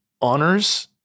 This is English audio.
honors